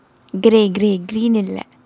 grey grey green இல்லை:illai